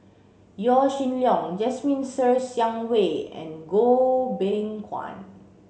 Yaw Shin Leong Jasmine Ser Xiang Wei and Goh Beng Kwan